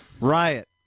Riot